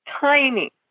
tiny